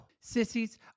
Sissies